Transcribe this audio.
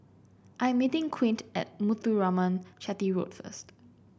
I am meeting Quint at Muthuraman Chetty Road first